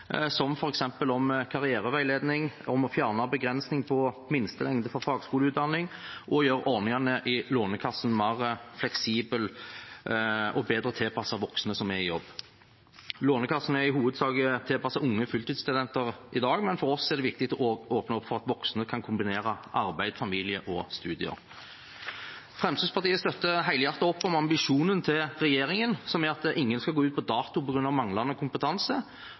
som f.eks. karriereveiledning, å fjerne begrensning på minstelengde for fagskoleutdanning og å gjøre ordningene i Lånekassen mer fleksible og bedre tilpasset voksne som er i jobb. Lånekassen er i hovedsak tilpasset unge fulltidsstudenter i dag, men for oss er det viktig å åpne opp for at voksne kan kombinere arbeid, familie og studier. Fremskrittspartiet støtter helhjertet opp om ambisjonen til regjeringen, som er at ingen skal gå ut på dato på grunn av manglende kompetanse,